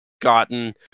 gotten